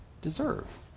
deserve